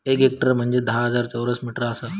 एक हेक्टर म्हंजे धा हजार चौरस मीटर आसा